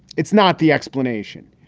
it's not the explanation.